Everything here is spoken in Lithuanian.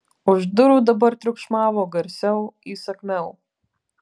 už durų dabar triukšmavo garsiau įsakmiau